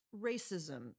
racism